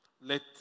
let